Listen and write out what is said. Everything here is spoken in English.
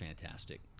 fantastic